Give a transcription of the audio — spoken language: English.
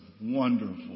wonderful